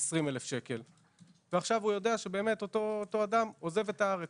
20,000 שקל והוא יודע שאותו אדם עוזב את הארץ.